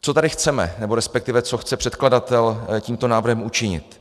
Co tady chceme, nebo resp. co chce předkladatel tímto návrhem učinit?